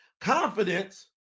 Confidence